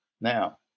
now